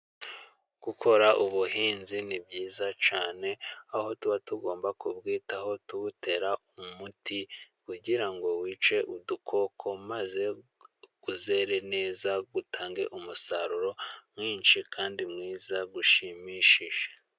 Gukora ubuhinzi ni byiza cyane, aho tuba tugomba kubwitaho, tuwutera umuti kugira ngo wice udukoko, maze uzere neza utange umusaruro mwinshi kandi mwiza ushimishije.